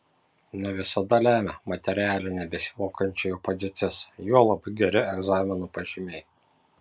ne visada lemia materialinė besimokančiųjų padėtis juolab geri egzaminų pažymiai